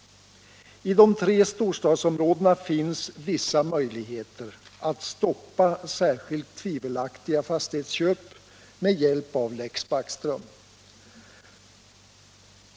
I de tre storstadsområdena finns vissa möjligheter att stoppa särskilt tvivelaktiga fastighetsköp med hjälp av Lex Backström.